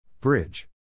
Bridge